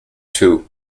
two